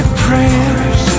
prayers